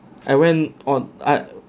I went on at